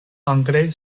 angle